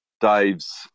Dave's